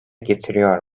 getiriyor